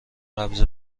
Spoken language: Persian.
قبض